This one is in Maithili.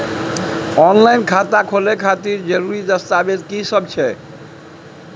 ऑनलाइन खाता खोले खातिर जरुरी दस्तावेज की सब छै?